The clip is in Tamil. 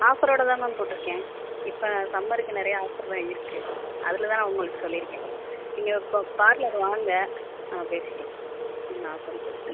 ஆஃபரோடு தான் மேம் போட்டிருக்கேன் இப்போ சம்மருக்கு நிறையா ஆஃபரெலாம் இருக்குது அதில்தான் நான் உங்களுக்கு சொல்லியிருக்கேன் நீங்கள் இப்போ பார்லர் வாங்க நம்ம பேசிக்கலாம் என்ன ஆஃபர்னு சொல்லிவிட்டு